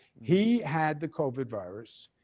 he had the covid virus.